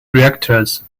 reactors